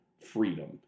freedom